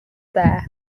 there